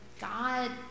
God